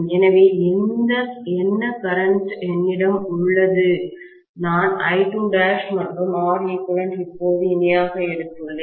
எனவே என்ன கரண்ட் என்னிடம் உள்ளது நான் I2' மற்றும் Req இப்போது இணையாக எடுத்துள்ளேன்